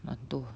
懒惰